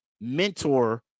mentor